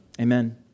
amen